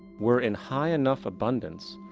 were in high enough abundance,